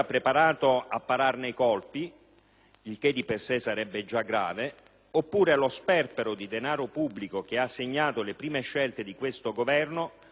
il che di per sé sarebbe già grave; oppure lo sperpero di denaro pubblico che ha segnato le prime scelte di questo Governo appare ancora più irresponsabile.